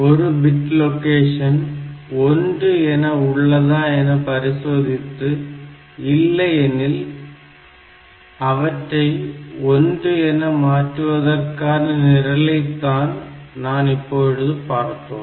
ஒரு bit location 1 என உள்ளதா என்று பரிசோதித்து இல்லையெனில் அவற்றை 1 என மாற்றுவதற்கான நிரலை தான் நாம் இப்போது பார்த்தோம்